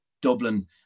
Dublin